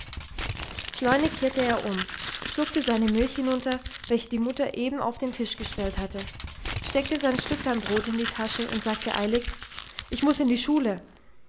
schleunig kehrte er um schluckte seine milch hinunter welche die mutter eben auf den tisch gestellt hatte steckte sein stücklein brot in die tasche und sagte eilig ich muß in die schule